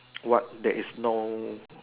what that is no